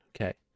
Okay